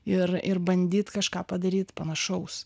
ir ir bandyt kažką padaryt panašaus